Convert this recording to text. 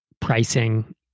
pricing